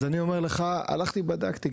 אז אני אומר לך שהלכתי ובדקתי,